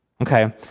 Okay